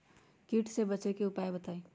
कीट से बचे के की उपाय हैं बताई?